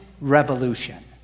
revolution